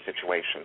situation